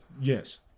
Yes